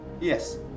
Yes